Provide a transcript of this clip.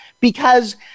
because-